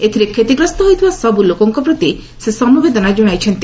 ଏଥିରେ କ୍ଷତିଗ୍ରସ୍ତ ହୋଇଥିବା ସବୁଲୋକଙ୍କ ପ୍ରତି ସେ ସମବେଦନା ଜଣାଇଛନ୍ତି